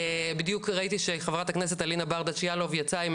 בדיוק ראיתי שחברת הכנסת אלינה ברדץ' יאלוב יצאה עם